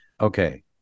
okay